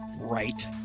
right